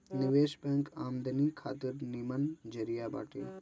निवेश बैंक आमदनी खातिर निमन जरिया बाटे